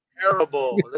terrible